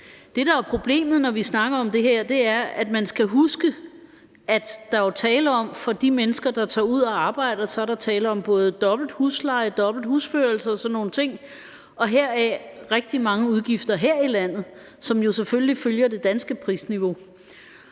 Det, der er problemet, når vi snakker om det her, er, at man skal huske, at der jo for de mennesker, der tager ud og arbejder, er tale om både dobbelt husleje, dobbelt husførelse og sådan nogle ting og heraf rigtig mange udgifter her i landet, som jo selvfølgelig følger det danske prisniveau.